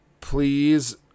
please